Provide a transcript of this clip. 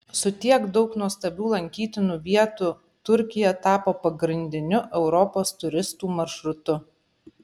su tiek daug nuostabių lankytinų vietų turkija tapo pagrindiniu europos turistų maršrutu